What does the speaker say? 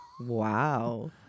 Wow